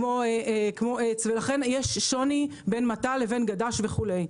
כמו עץ ולכן יש שוני בין מטע לבין גד"ש וכו'.